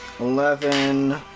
Eleven